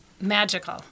magical